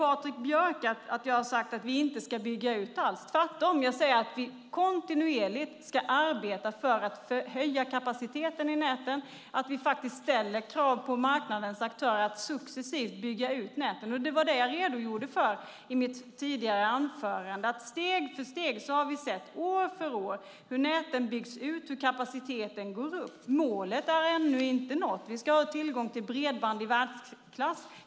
Patrik Björck säger att jag har sagt att vi inte ska bygga ut alls. Tvärtom säger jag att vi kontinuerligt ska arbeta för att höja kapaciteten i näten och att vi faktiskt ställer krav på marknadens aktörer att successivt bygga ut näten. Det var det som jag redogjorde för i mitt tidigare anförande, nämligen att vi steg för steg år efter år har sett hur näten byggs ut och hur kapaciteten ökar. Målet är ännu inte nått. Vi ska ha tillgång till bredband i världsklass.